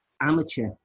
amateur